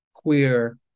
queer